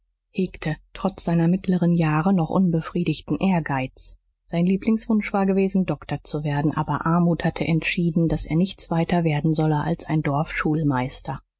hegte trotz seiner mittleren jahre noch unbefriedigten ehrgeiz sein lieblingswunsch war gewesen doktor zu werden aber armut hatte entschieden daß er nichts weiter werden solle als ein